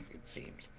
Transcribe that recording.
it seems,